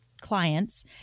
clients